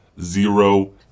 Zero